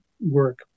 work